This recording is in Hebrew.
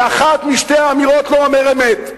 באחת משתי האמירות לא אומר אמת,